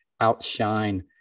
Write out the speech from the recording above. Outshine